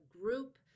group